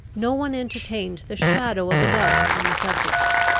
no one entertained the shadow of a doubt upon the subject,